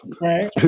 Right